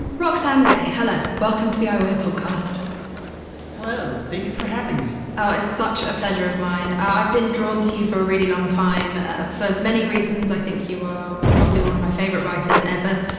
roxane gay, hello. welcome to the i weigh podcast hello. thanks for having me oh, it's such a pleasure of mine. i've been drawn to you for a really long time for many reasons. i think you are probably one of my favorite writers ever.